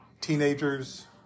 teenagers